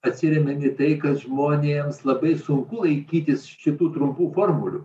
atsirėmė į tai kad žmonėms labai sunku laikytis šitų trumpų formulių